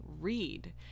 read